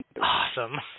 Awesome